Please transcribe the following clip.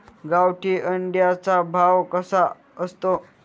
गावठी अंड्याचा भाव कसा असतो?